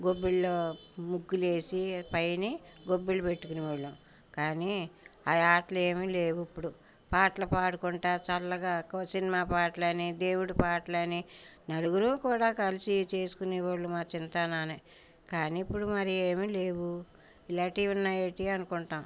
గొబ్బిళ్ళు ముగ్గులేసి పైనే గొబ్బిళ్ళు పెట్టుకునేవాళ్ళం కానీ ఆ ఆటలు ఏమి లేవు ఇప్పుడు పాటలు పాడుకుంటూ చల్లగా కో సినిమా పాటలని దేవుడు పాటలని నలుగురూ కూడా కలిసి చేసుకునేవాళ్ళు మా చిన్నతనాన్నే కానీ ఇప్పుడు మరీ ఏమి లేవు ఇలాంటివి ఉన్నాయి ఏంటి అనుకుంటాము